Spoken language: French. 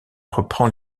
reprend